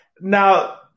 Now